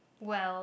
well